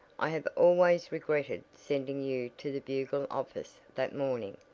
i have always regretted sending you to the bugle office that morning,